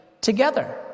together